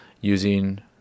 using